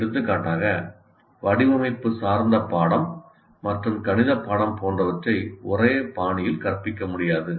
எடுத்துக்காட்டாக வடிவமைப்பு சார்ந்த பாடம் மற்றும் கணித பாடம் போன்றவற்றை ஒரே பாணியில் கற்பிக்க முடியாது